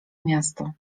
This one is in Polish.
miasto